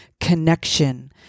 connection